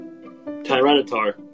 tyranitar